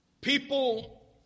People